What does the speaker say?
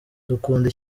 dukunda